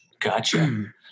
Gotcha